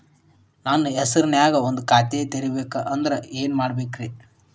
ನನ್ನ ಹೆಸರನ್ಯಾಗ ಒಂದು ಖಾತೆ ತೆಗಿಬೇಕ ಅಂದ್ರ ಏನ್ ಮಾಡಬೇಕ್ರಿ?